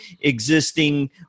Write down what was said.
existing